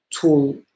tool